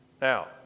Now